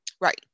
Right